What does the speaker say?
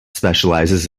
specialises